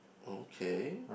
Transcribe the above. okay